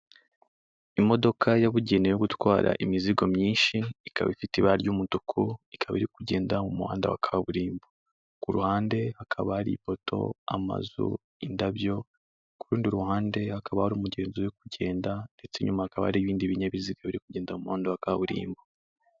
Imodoka yabugenewe yo gutwara imizigo myinshi ikaba ifite ibara ry'umutuku, ikaba iri kugenda mu muhanda wa kaburimbo ku ruhande hakaba ari ipoto amazu indabyo ku rundi ruhande hakaba hari umugenzi urikugenda ndetse inyuma hakaba hari ibindi binyabiziga biri kugenda mu muhanda wa kaburimbo.